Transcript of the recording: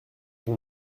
ton